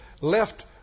left